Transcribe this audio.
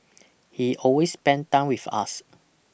he always spent time with us